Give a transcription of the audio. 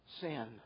sin